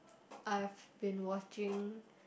I have been watching